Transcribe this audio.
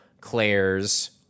Claire's